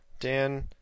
Dan